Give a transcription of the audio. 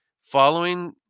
Following